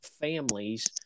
families